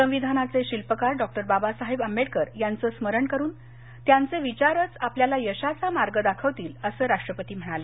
संविधानाचे शिल्पकार डॉ बाबासाहेब आंबेडकर यांचं स्मरण करून त्यांचे विचार आपल्याला यशाचा मार्ग दाखवतील असं राष्ट्रपती म्हणाले